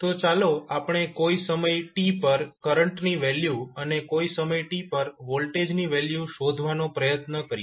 તો ચાલો આપણે કોઈ સમય t પર કરંટની વેલ્યુ અને કોઈ સમય t પર વોલ્ટેજની વેલ્યુ શોધવાનો પ્રયત્ન કરીએ